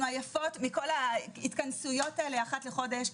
אנחנו עייפות מכל ההתכנסויות האלה אחת לחודש,